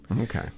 Okay